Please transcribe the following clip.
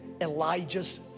Elijah's